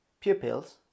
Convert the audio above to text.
pupils